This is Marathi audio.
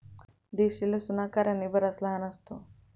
देशी लसूण आकाराने बराच लहान असतो